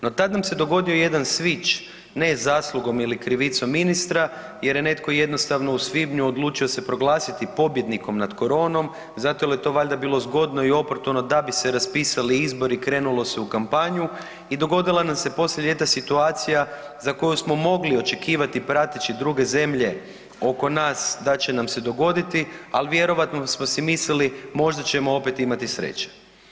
No tad nam se dogodio i jedan switch ne zaslugom ili krivicom ministra jer je netko jednostavno u svibnju odlučio se proglasiti pobjednikom nad koronom zato jer je to valjda bilo zgodno i oportuno da bi se raspisali izbori i krenulo se u kampanju i dogodila nam se poslije ljeta situacija za koju smo mogli očekivati prateći druge zemlje oko nas da će nam se dogoditi, ali vjerojatno smo si mislili možda ćemo opet imati sreće.